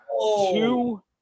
two